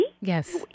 Yes